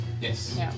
Yes